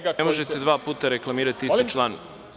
Ne možete dva puta reklamirati isti član.